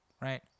right